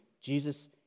Jesus